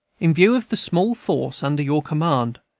in view of the small force under your command,